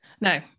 No